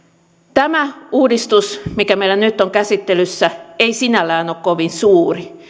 tämä uudistus mikä meillä nyt on käsittelyssä ei sinällään ole kovin suuri